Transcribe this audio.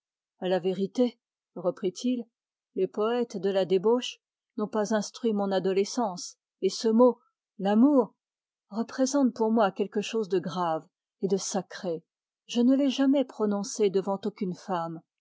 la vérité reprit-il les poètes de la débauche n'ont pas instruit mon adolescence et ce mot l'amour représente pour moi quelque chose de grave et de sacré je ne l'ai jamais prononcé devant aucune femme